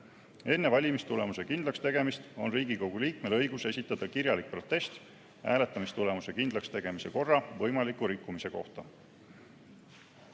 Enne valimistulemuse kindlakstegemist on Riigikogu liikmel õigus esitada kirjalik protest hääletamistulemuse kindlakstegemise korra võimaliku rikkumise kohta.